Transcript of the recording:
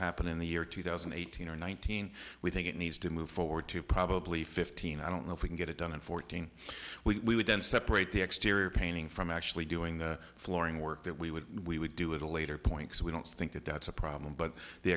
happen in the year two thousand and eighteen or nineteen we think it needs to move forward to probably fifteen i don't know if we can get it done in fourteen we don't separate the exterior painting from actually doing the flooring work that we would we would do it a later point so we don't think that that's a problem but the